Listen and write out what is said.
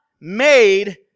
made